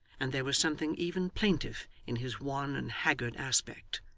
and there was something even plaintive in his wan and haggard aspect.